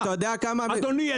אדוני,